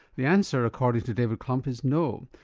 the answer according to david klumpp is no,